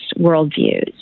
worldviews